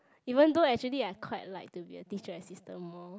even though actually I quite like to be a teacher assistant more